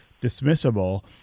dismissible